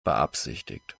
beabsichtigt